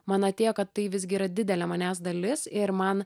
man atėjo kad tai visgi yra didelė manęs dalis ir man